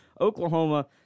Oklahoma